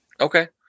Okay